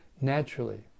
naturally